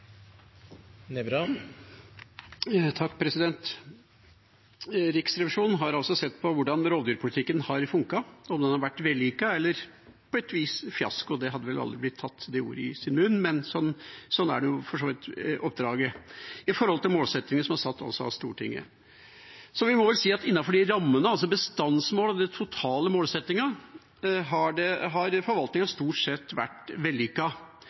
Riksrevisjonen har altså sett på hvordan rovdyrpolitikken har funket, om den har vært vellykket eller på et vis vært en fiasko. De hadde vel aldri tatt det ordet i sin munn, men sånn er for så vidt oppdraget når det gjelder målsettingen som er satt av Stortinget. Så vi må vel si at innenfor rammene med bestandsmål og den totale målsettingen, har forvaltningen stort sett vært